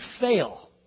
fail